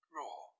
raw